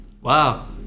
Wow